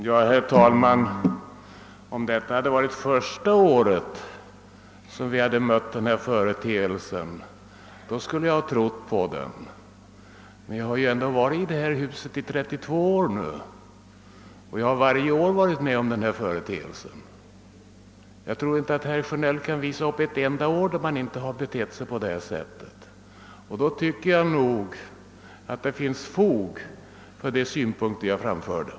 Herr talman! Om vi nu för första gången mött den här företeelsen skulle jag ha trott på den, men jag har ändå varit i det här huset i 32 år och varje år fått bevittna detsamma. Herr Sjönell kan nog inte peka på ett enda år då man inte betett sig på det här sättet, och därför tycker jag att det finns fog för de synpunkter jag framfört.